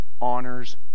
honors